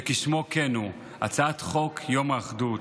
שכשמו כן הוא, הצעת חוק יום האחדות.